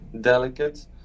delicate